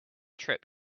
trip